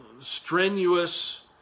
strenuous